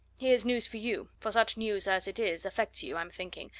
here's news for you for such news as it is affects you, i'm thinking,